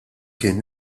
kien